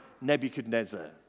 Nebuchadnezzar